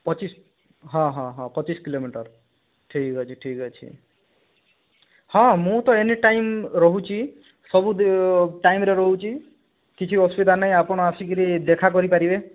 ପଚିଶ ହଁ ହଁ ହଁ ପଚିଶ କିଲୋମିଟର ଠିକ୍ ଅଛି ଠିକ୍ ଅଛି ହଁ ମୁଁ ତ ଏନି ଟାଇମ ରହୁଛି ସବୁ ଟାଇମରେ ରହୁଛି କିଛି ଅସୁବିଧା ନାହିଁ ଆପଣ ଆସିକରି ଦେଖା କରିପାରିବେ